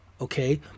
okay